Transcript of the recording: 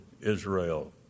Israel